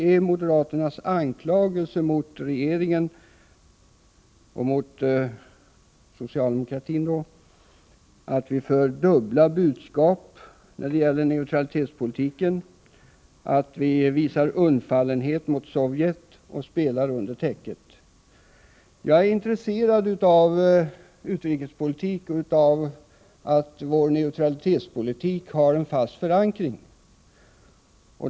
Är moderaternas anklagelse mot regeringen och mot socialdemokratin att vi för fram dubbla budskap när det gäller neutralitetspolitiken, att vi visar undfallenhet mot Sovjet och spelar under täcket? Jag är intresserad av utrikespolitik och av att vår neutralitetspolitik har en fast förankring.